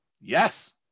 Yes